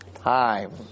time